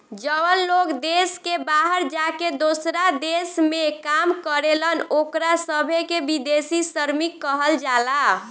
जवन लोग देश के बाहर जाके दोसरा देश में काम करेलन ओकरा सभे के विदेशी श्रमिक कहल जाला